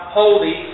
holy